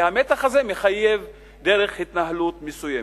והמתח הזה מחייב דרך התנהלות מסוימת.